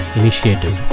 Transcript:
initiative